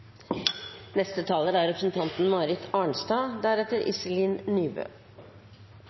Neste taler er representanten og parlamentarisk leder Marit Arnstad,